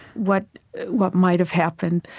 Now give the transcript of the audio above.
what what might have happened.